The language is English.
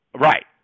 Right